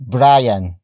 Brian